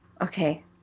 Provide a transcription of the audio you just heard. Okay